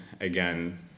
Again